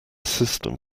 system